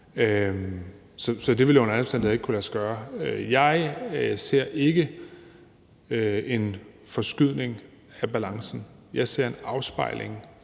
Så det ville under alle omstændigheder ikke kunne lade sig gøre. Jeg ser ikke en forskydning af balancen, jeg ser en afspejling,